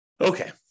Okay